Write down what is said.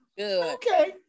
Okay